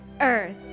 Earth